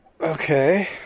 Okay